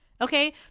Okay